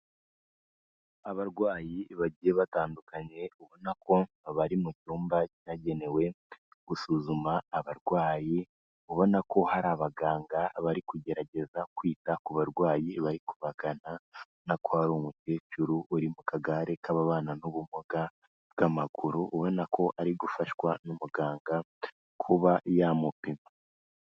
Abarwayi bagiye batandukanye, ubona ko bari mu cyumba cyagenewe gusuzuma abarwayi, ubona ko hari abaganga bari kugerageza kwita ku barwayi bari kubagana, urabona ko hari umukecuru uri mu kagare k'ababana n'ubumuga bw'amaguru, ubona ko ari gufashwa n'umuganga kuba yamupima.